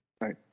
Right